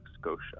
Scotia